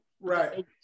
Right